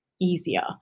easier